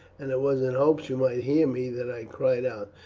and it was in hopes you might hear me that i cried out,